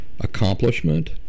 accomplishment